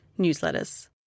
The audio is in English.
newsletters